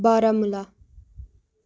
Baramulla